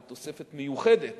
אבל תוספת מיוחדת